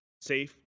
safe